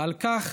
ועל כך